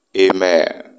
amen